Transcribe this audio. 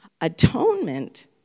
atonement